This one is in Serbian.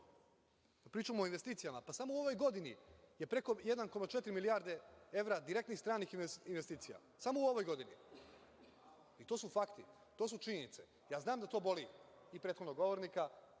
Pričamo o investicijama? Pa, samo u ovoj godini je preko 1,4 milijarde evra direktnih stranih investicija. Samo u ovoj godini. I to su fakti, to su činjenice. Znam da to boli i prethodnog govornika